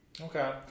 Okay